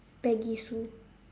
peggy sue